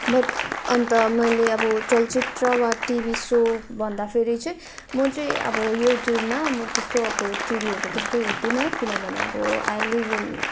but अन्त मैले अब चलचित्र वा टिभी सो भन्दाखेरि चाहिँ म चाहिँ अब युट्यूबमा म त्यस्तो अब टिभीहरू त त्यस्तो हेर्दिन किनभने अब आइ लिभ इन